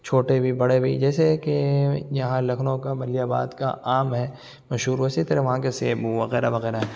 چھوٹے بھی بڑے بھی جیسے کہ یہاں لکھنؤ کا ملیح آباد کا آم ہے مشہور اسی طرح وہاں کے سیب وغیرہ وغیرہ ہیں